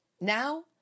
Now